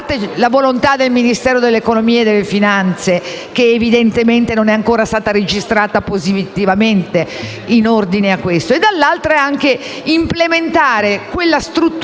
la volontà del Ministero dell'economia e delle finanze che, evidentemente, non è ancora stata registrata positivamente in ordine a questo; dall'altro, il problema è implementare quella struttura